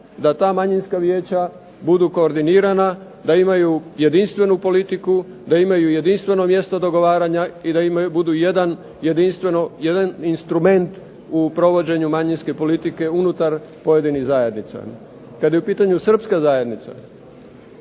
da ta manjinska vijeća budu koordinirana, da imaju jedinstvenu politiku, da imaju jedinstveno mjesto dogovaranja i da budu jedan instrument u provođenju manjinske politike unutar pojedinih zajednica. Kad je u pitanju srpska zajednica,